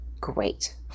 great